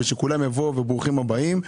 שכולם יבואו וברוכים הבאים,